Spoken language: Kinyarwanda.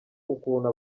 ukuntu